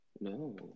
No